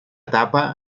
tapa